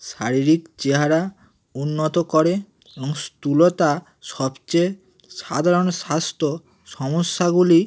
শারীরিক চেহারা উন্নত করে এবং স্থূলতা সবচেয়ে সাধারণ স্বাস্থ্য সমস্যাগুলির